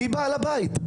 מי בעל הבית?